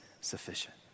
sufficient